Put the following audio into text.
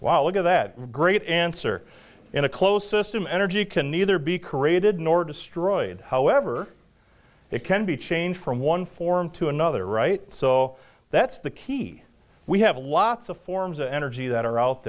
while ago that great answer in a closed system energy can neither be korea did nor destroyed however it can be changed from one form to another right so that's the key we have lots of forms of energy that are out